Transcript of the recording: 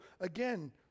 again